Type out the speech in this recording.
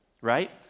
right